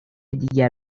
دیگر